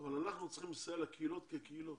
אבל אנחנו צריכים לסייע לקהילות כקהילות,